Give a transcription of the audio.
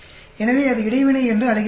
எனவே அது இடைவினை என்று அழைக்கப்படுகிறது